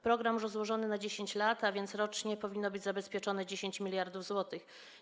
Program rozłożony jest na 10 lat, a więc rocznie powinno być zabezpieczone 10 mld zł.